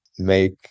make